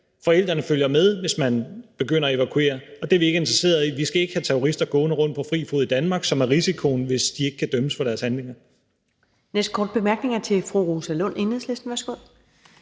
Forældrene følger med, hvis man begynder at evakuere, og det er vi ikke interesserede i. Vi skal ikke have terrorister gående rundt på fri fod i Danmark, som er risikoen, hvis de ikke kan dømmes for deres handlinger. Kl. 22:14 Første næstformand (Karen